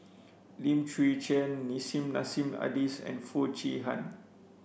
Lim Chwee Chian Nissim Nassim Adis and Foo Chee Han